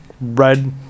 Red